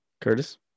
Curtis